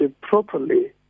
properly